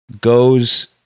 goes